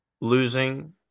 losing